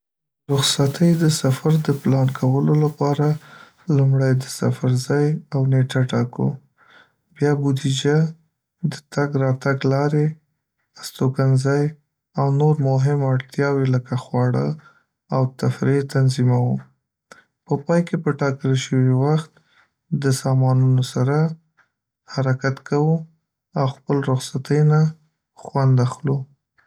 رخصتۍ د سفر د پلان کولو لپاره، لومړی د سفر ځای او نېټه ټاکو، بیا بودیجه، د تګ راتګ لارې، استوګنځای، او نور مهم اړتیاوې لکه خواړه او تفریح تنظیموو. په پای کې، په ټاکل شوي وخت د سامانونه سره حرکت کوو او خپل رخصتۍ نه خوند اخلو.